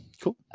cool